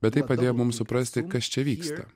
bet tai padėjo mums suprasti kas čia vyksta